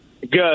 Good